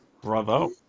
Bravo